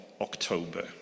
October